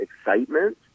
excitement